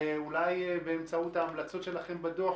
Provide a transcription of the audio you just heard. אולי באמצעות ההמלצות שלכם בדוח